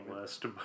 list